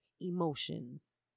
emotions